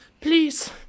Please